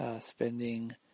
spending